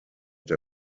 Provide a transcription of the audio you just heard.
der